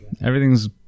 everything's